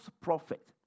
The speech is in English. prophet